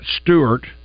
Stewart